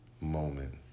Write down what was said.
moment